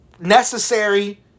necessary